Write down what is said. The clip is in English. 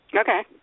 Okay